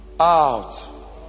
Out